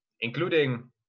including